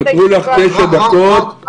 מה,